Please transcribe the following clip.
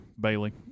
Bailey